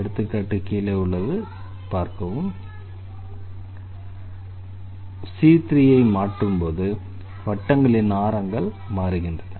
c1c2 ஐ மாற்றும்போது வட்டங்களின் மையங்கள் மாறுகின்றன c3ஐ மாற்றும்போது வட்டங்களின் ஆரங்கள் மாறுகின்றன